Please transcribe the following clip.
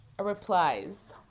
replies